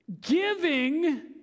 Giving